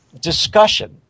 discussion